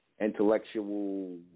intellectual